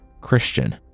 Christian